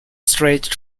stretched